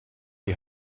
die